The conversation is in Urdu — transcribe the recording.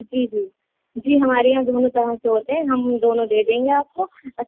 جی جی جی ہمارے یہاں دونوں طرح سے ہوتے ہیں ہم دونوں دے دیں گے آپ کو